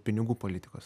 pinigų politikos